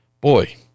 boy